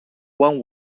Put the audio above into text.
one